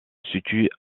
situent